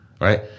right